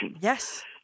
Yes